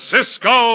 Cisco